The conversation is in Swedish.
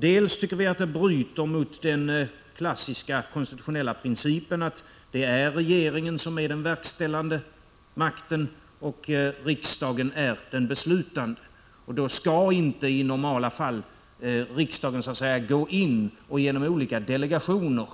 Vi tycker att detta bryter mot den klassiska konstitutionella principen att regeringen är den verkställande makten och riksdagen den beslutande — och då skall riksdagen inte i normala fall gå in och genom olika delegationer